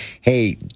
hey